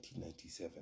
1997